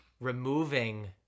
removing